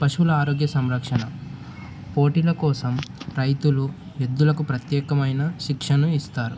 పశువుల ఆరోగ్య సంరక్షణ పోటీల కోసం రైతులు ఎద్దులకు ప్రత్యేకమైన శిక్షను ఇస్తారు